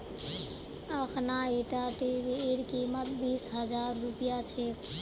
अखना ईटा टीवीर कीमत बीस हजार रुपया छेक